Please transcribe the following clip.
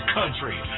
country